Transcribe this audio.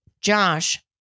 Josh